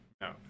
No